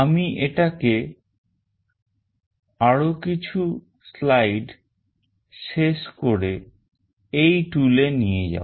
আমি এটাকে আরো কিছু slide শেষ করে এই tool এ নিয়ে যাব